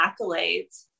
accolades